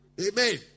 Amen